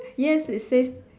yes it says